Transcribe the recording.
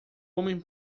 homem